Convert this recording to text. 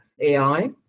AI